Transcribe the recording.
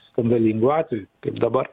skandalingų atvejų kaip dabar